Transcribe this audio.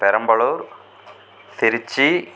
Perambalur Trichy